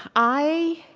i